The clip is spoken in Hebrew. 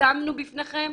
שמנו בפניכם: